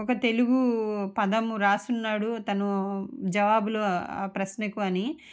ఒక తెలుగు పదం రాసినాడు తను జవాబులు ఆ ప్రశ్నకు అని